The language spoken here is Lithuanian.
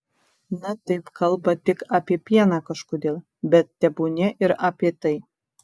na taip kalba tik apie pieną kažkodėl bet tebūnie ir apie tai